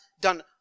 done